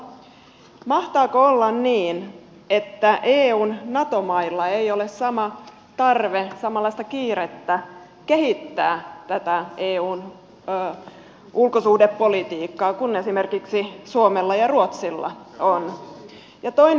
mahtaako olla niin että eun nato mailla ei ole sama tarve samanlaista kiirettä kehittää tätä eun ulkosuhdepolitiikkaa kuin esimerkiksi suomella ja ruotsilla on